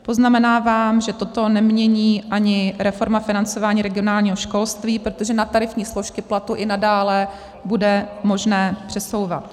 Poznamenávám, že toto nemění ani reforma financování regionálního školství, protože na tarifní složky platu i nadále bude možné přesouvat.